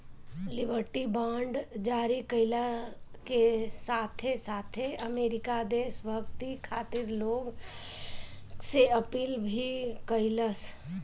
liberty bond जारी कईला के साथे साथे अमेरिका देशभक्ति खातिर लोग से अपील भी कईलस